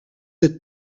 êtes